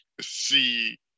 see